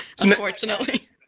Unfortunately